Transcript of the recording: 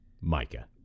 Micah